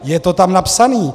Je to tam napsané!